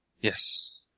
Yes